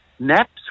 Naps